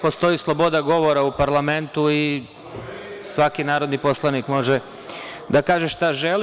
Postoji sloboda govora u parlamentu i svaki narodni poslanik može da kaže šta želi.